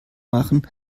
machen